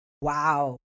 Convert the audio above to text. Wow